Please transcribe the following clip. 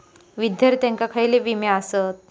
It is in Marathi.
विद्यार्थ्यांका खयले विमे आसत?